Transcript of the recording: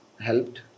helped